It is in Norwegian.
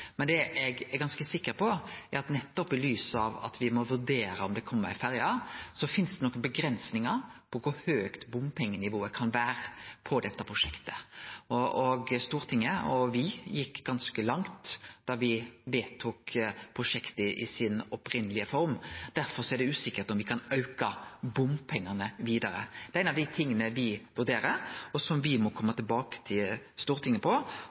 Men det eg er ganske sikker på, er at nettopp i lys av at me må vurdere om det kjem ei ferje, finst det nokre avgrensingar på kor høgt bompengenivået kan vere på dette prosjektet. Stortinget og me gjekk ganske langt da me vedtok prosjektet i si opphavlege form. Derfor er det usikkert om me kan auke bompengane vidare. Det er ein av dei tinga me vurderer, og som me må kome tilbake til Stortinget